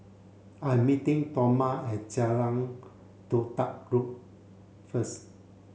I'm meeting Toma at Jalan Todak road first